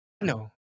no